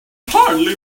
hardly